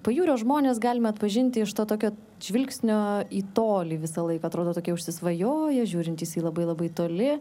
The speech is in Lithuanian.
pajūrio žmones galima atpažinti iš to tokio žvilgsnio į tolį visąlaik atrodo tokie užsisvajoję žiūrintys į labai labai toli